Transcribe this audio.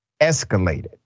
escalated